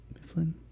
Mifflin